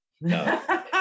No